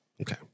Okay